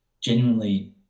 genuinely